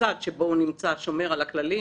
וזה לא בגלל שהם יושבים כאן או שם.